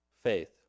Faith